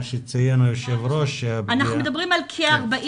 אנחנו מדברים על זה שכ-40,